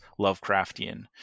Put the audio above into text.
Lovecraftian